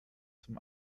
zum